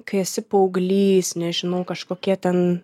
kai esi paauglys nežinau kažkokie ten